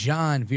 John